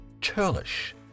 churlish